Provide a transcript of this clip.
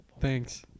thanks